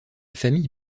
famille